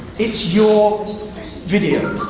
it's your video.